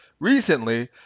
recently